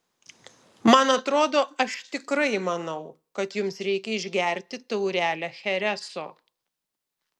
man atrodo aš tikrai manau kad jums reikia išgerti taurelę chereso